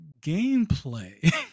gameplay